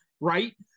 right